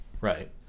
Right